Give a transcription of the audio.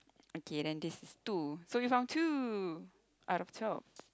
okay then this is two so we have found two out of twelve